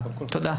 תודה.